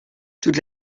toute